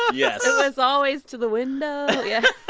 yes it was always to the window yeah.